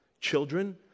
Children